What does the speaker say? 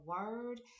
word